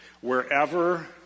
wherever